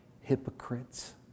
hypocrites